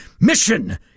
Mission